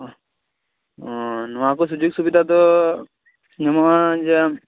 ᱚᱸ ᱱᱚᱶᱟᱠᱚ ᱥᱩᱡᱳᱜᱽ ᱥᱩᱵᱤᱫᱷᱟ ᱫᱚ ᱧᱟᱢᱚᱜ ᱟ ᱡᱮ ᱟᱢ